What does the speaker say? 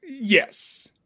Yes